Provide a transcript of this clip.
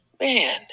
man